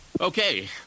Okay